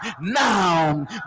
Now